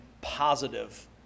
positive